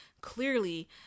clearly